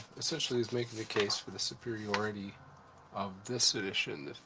essentially, he's making the case for the superiority of this edition,